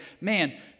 man